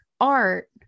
art